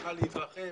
צריכה להתרחב,